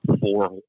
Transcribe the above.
Four